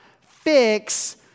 fix